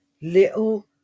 little